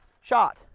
shot